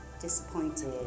disappointed